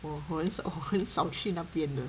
我是我很少去那边的